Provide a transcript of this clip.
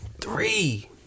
Three